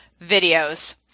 Videos